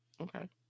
okay